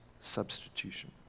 substitution